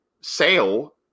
sale